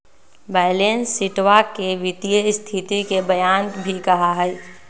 balance शीटवा के वित्तीय स्तिथि के बयान भी कहा हई